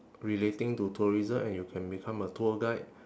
relating to tourism and you can become a tour guide